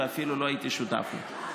ואפילו לא הייתי שותף לו.